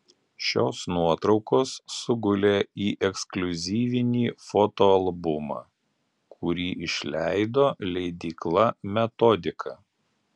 šios nuotraukos sugulė į ekskliuzyvinį fotoalbumą kurį išleido leidykla metodika